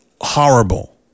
horrible